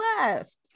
left